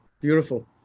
Beautiful